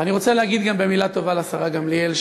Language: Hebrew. ואני רוצה להגיד גם מילה טובה לשרה גמליאל,